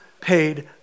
paid